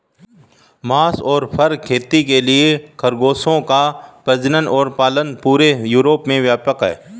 मांस और फर खेती के लिए खरगोशों का प्रजनन और पालन पूरे यूरोप में व्यापक है